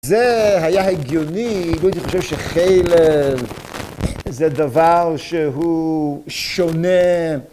זה היה הגיוני. בואי נחשב שחייל זה דבר שהוא שונה.